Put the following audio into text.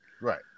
Right